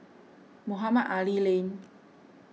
Mohamed Ali Lane